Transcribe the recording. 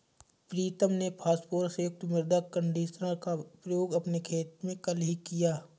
प्रीतम ने फास्फोरस युक्त मृदा कंडीशनर का प्रयोग अपने खेत में कल ही किया